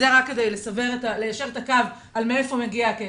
זה רק כדי ליישר את הקו על מאיפה הגיע הכסף.